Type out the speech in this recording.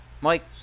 Mike